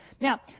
Now